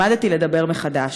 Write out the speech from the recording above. למדתי לדבר מחדש.